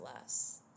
less